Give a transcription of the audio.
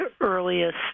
earliest